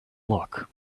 look